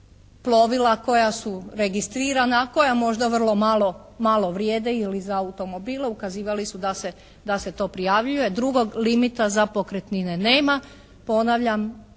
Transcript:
plovila koja su registrirana, a koja možda vrlo malo vrijede ili za automobile, ukazivali su da se to prijavljuje. Drugog limita za pokretnine nema. Ponavljam,